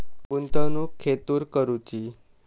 गुंतवणुक खेतुर करूची?